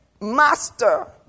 master